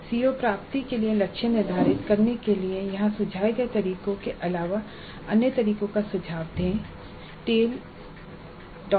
CO प्राप्ति के लिए लक्ष्य निर्धारित करने के लिए यहां सुझाए गए तरीकों के अलावा अन्य तरीकों का सुझाव दें